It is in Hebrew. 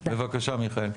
בבקשה, מיכאל.